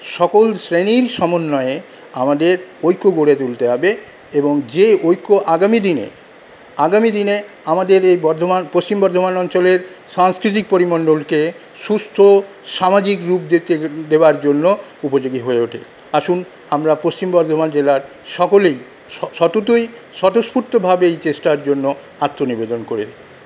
সকল শ্রেণীর সমন্বয়ে আমাদের ঐক্য গড়ে তুলতে হবে এবং যে ঐক্য আগামী দিনে আগামী দিনে আমাদের এ বর্ধমান পশ্চিম বর্ধমান অঞ্চলের সাংস্কৃতিক পরিমণ্ডলকে সুস্থ সামাজিক রূপ দিতে দেওয়ার জন্য উপযোগী হয়ে ওঠে আসুন আমরা পশ্চিম বর্ধমান জেলার সকলেই স সততই স্বতস্ফূর্তভাবেই চেষ্টার জন্য আত্মনিবেদন করি